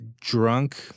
drunk